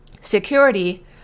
security